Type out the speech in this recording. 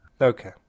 okay